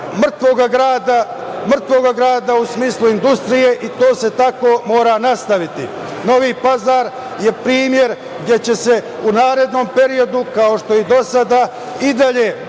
mrtvog grada u smislu industrije i to se tako mora nastaviti. Novi Pazar je primer gde će se u narednom periodu kao što je i do sada i dalje